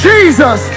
Jesus